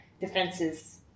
defenses